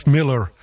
Miller